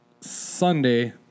Sunday